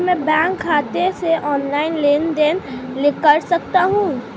क्या मैं बैंक खाते से ऑनलाइन लेनदेन कर सकता हूं?